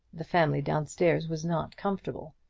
the family down-stairs was not comfortable.